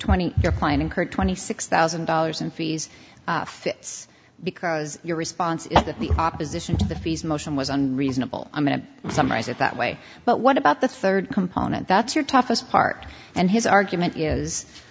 twenty your fine incurred twenty six thousand dollars in fees because your response is that the opposition to the fees motion was unreasonable i'm going to summarize it that way but what about the third component that's your toughest part and his argument is